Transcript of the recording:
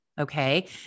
Okay